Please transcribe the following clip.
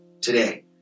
Today